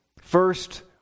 first